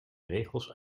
regels